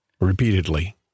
repeatedly